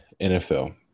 NFL